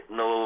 no